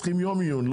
צריך יום עיון.